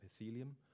epithelium